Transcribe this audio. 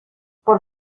por